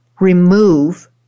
remove